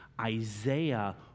Isaiah